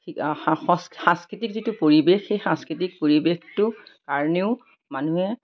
সাংস্কৃতিক যিটো পৰিৱেশ সেই সাংস্কৃতিক পৰিৱেশটোৰ কাৰণেও মানুহে